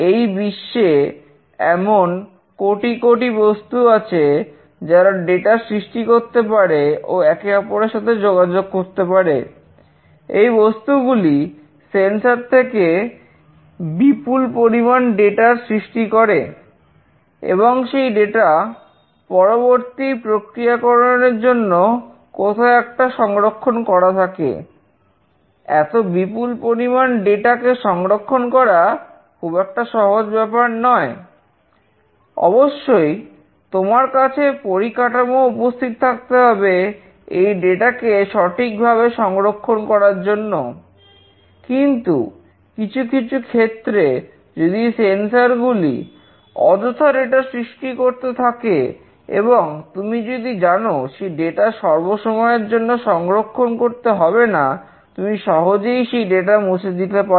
এই বিশ্বে এমন কোটি কোটি বস্তু আছে যারা ডেটামুছে দিতে পারো